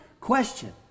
question